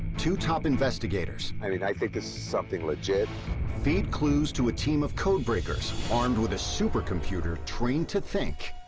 two top investigators. i mean, i think this is something legit. narrator feed clues to a team of codebreakers armed with a supercomputer trained to think